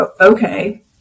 okay